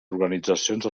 organitzacions